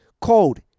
cold